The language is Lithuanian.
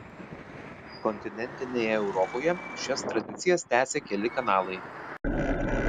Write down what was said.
kontinentinėje europoje šias tradicijas tęsia keli kanalai